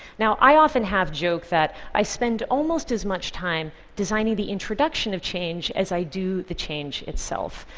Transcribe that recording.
now i often have joked that i spend almost as much time designing the introduction of change as i do the change itself,